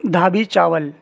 ڈھابی چاول